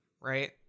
right